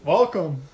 Welcome